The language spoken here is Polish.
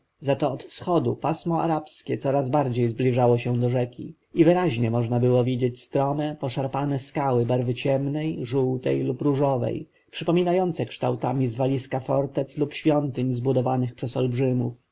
zato od wschodu pasmo arabskie coraz bardziej zbliżało się do rzeki i można było widzieć strome poszarpane skały barwy ciemnej żółtej lub różowej przypominające kształtami zwaliska fortec czy świątyń zbudowanych przez olbrzymów